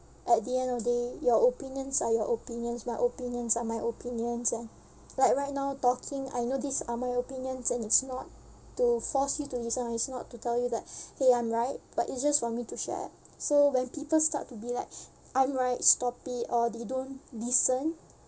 at the end of the day your opinions are your opinions my opinions are my opinions and like right now talking I know these are my opinions and it's not to force you to listen or is not to tell you that !hey! I'm right but it's just for me to share so when people start to be like I'm right stop it or they don't listen